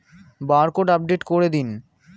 Barcode update করে দিন?